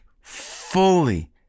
fully